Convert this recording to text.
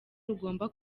rugomba